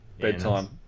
Bedtime